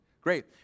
great